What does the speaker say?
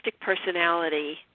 personality